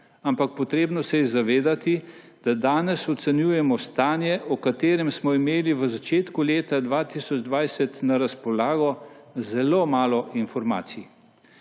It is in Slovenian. ampak treba se je zavedati, da danes ocenjujemo stanje, o katerem smo imeli v začetku leta 2020 na razpolago zelo malo informacij.